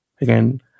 again